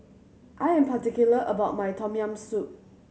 I am particular about my Tom Yam Soup